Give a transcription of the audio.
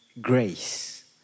grace